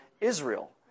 Israel